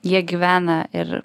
jie gyvena ir